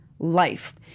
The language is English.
Life